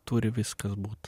turi viskas būt